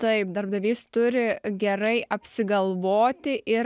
taip darbdavys turi gerai apsigalvoti ir